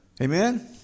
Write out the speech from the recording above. Amen